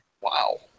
Wow